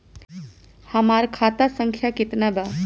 हमार खाता संख्या केतना बा?